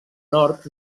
nord